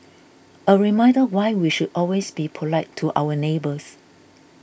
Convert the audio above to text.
a reminder why we should always be polite to our neighbours